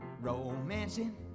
romancing